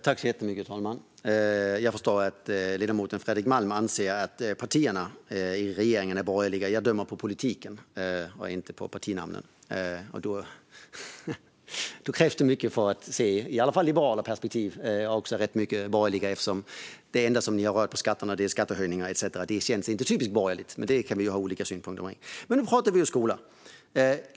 Herr talman! Jag förstår att ledamoten Fredrik Malm anser att partierna i regeringen är borgerliga. Jag dömer på politiken och inte på partinamnen, och då krävs det mycket för att se de liberala perspektiven - och det gäller även i rätt stor utsträckning de borgerliga - eftersom det enda ni har gjort med skatterna är att höja dem. Det känns inte typiskt borgerligt, men det kan vi ju ha olika synpunkter på. Nu pratar vi om skolan.